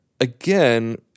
again